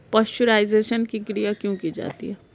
Pasteurisation की क्रिया क्यों की जाती है?